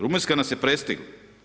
Rumunjska nas je prestigla.